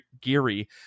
Geary